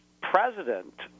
president